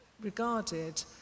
regarded